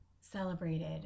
celebrated